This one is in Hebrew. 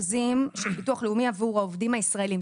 של ביטוח לאומי עבור העובדים הישראלים.